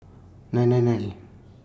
nine nine nine